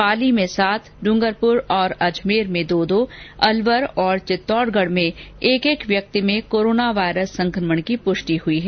पाली में सात ड्रंगरपुर और अजमेर में दो दो अलवर और चित्तौडगढ में एक एक व्यक्ति में कोरोना संकमण की पुष्टि हुई है